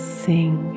sing